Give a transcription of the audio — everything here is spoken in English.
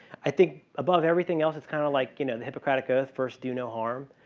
i think above everything else, it's kind of like, you know, the hippocratic oath, first do know harm.